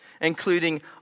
including